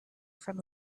from